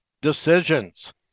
decisions